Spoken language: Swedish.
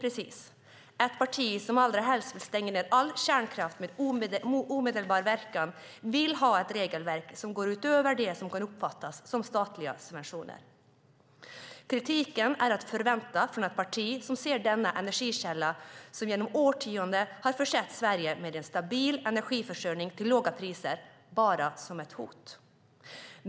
Det är ett parti som allra helst vill stänga ned all kärnkraft med omedelbar verkan och vill ha ett regelverk som går utöver det som kan uppfattas som statliga subventioner. Kritiken är att förvänta från ett parti som ser denna energikälla, som genom årtionden har försett Sverige med en stabil energiförsörjning till låga priser, bara som ett hot.